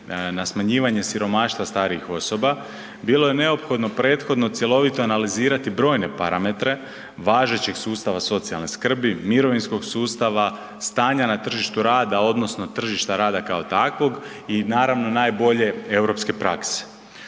na smanjivanje siromaštva starijih osoba, bilo je neophodno prethodno cjelovito analizirati brojne parametre važećeg sustava socijalne skrbi, mirovinskog sustava, stanja na tržištu rada odnosno tržišta rada kao takvog i naravno najbolje europske prakse.